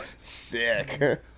sick